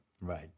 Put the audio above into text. Right